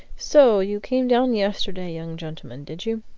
so you came down yesterday, young gentleman, did you?